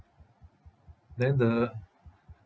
then the